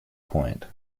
point